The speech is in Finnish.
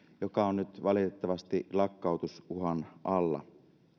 joka on nyt valitettavasti lakkautusuhan alla